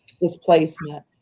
displacement